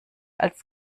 als